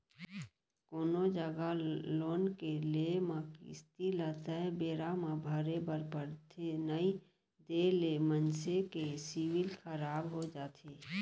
कोनो जघा लोन के लेए म किस्ती ल तय बेरा म भरे बर परथे नइ देय ले मनसे के सिविल खराब हो जाथे